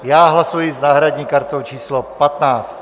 Já hlasuji s náhradní kartou číslo 15.